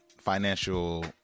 financial